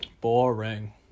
boring